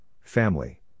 Family